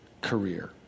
career